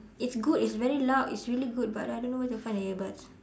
it's good it's very loud it's really good but I don't know where to find the earbuds